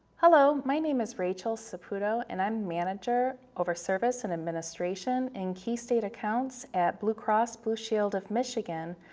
hello, my name is rachel saputo and i'm manager over service and administration in and key state accounts at blue cross blue shield of michigan.